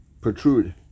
protrude